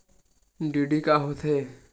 DD का होथे?